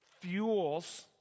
fuels